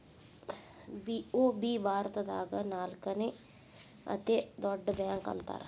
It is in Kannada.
ಬಿ.ಓ.ಬಿ ಭಾರತದಾಗ ನಾಲ್ಕನೇ ಅತೇ ದೊಡ್ಡ ಬ್ಯಾಂಕ ಅಂತಾರ